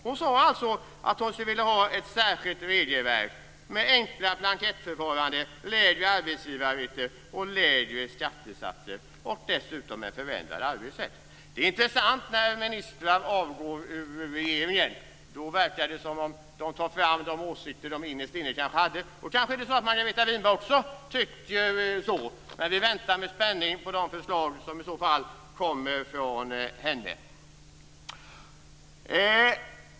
Hon sade alltså att hon skulle vilja ha ett särskilt regelverk med enkla blankettförfaranden, lägre arbetsgivaravgifter, lägre skattesatser och dessutom en förändrad arbetsrätt. Det är intressant när ministrar avgår från regeringen, för då verkar det som om de tar fram de åsikter som de innerst inne kanske har haft. Kanske tycker Margareta Winberg likadant. Vi väntar med spänning på de förslag som i så fall kommer från henne.